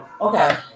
okay